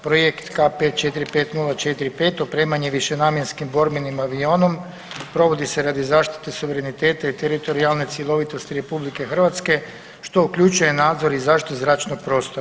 Projekt K545045 opremanje višenamjenskim borbenim avionom provodi se radi zaštite suvereniteta i teritorijalne cjelovitosti RH što uključuje nadzor i zaštitu zračnog prostora.